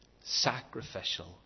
sacrificial